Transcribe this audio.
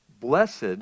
Blessed